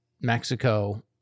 Mexico